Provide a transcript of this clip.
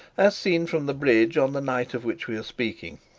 as seen from the bridge on the night of which we are speaking,